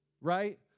right